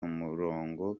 umurongo